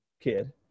kid